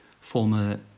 former